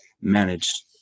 managed